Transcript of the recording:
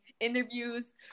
interviews